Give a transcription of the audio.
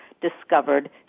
discovered